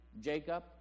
Jacob